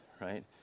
right